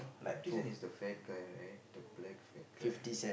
Fifty-Cent is the fat guy right the black fat guy right